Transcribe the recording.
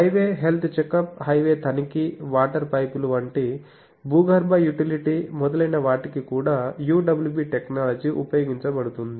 highway health checkup highway తనిఖీ water పైపులు వంటి భూగర్భ యుటిలిటీ మొదలైన వాటికి కూడా UWB టెక్నాలజీ ఉపయోగించబడుతుంది